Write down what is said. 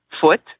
foot